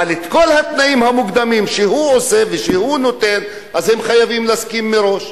אבל לכל התנאים המוקדמים שהוא עושה ושהוא נותן הם חייבים להסכים מראש.